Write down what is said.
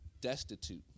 destitute